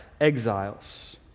exiles